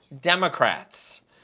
Democrats